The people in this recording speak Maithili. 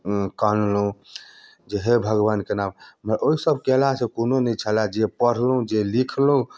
कनलहुँ जे हे भगवान केना मर ओहिसभ केलासँ कोनो नहि छलए जे पढ़लहुँ जे लिखलहुँ